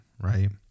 right